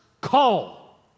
call